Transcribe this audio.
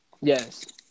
Yes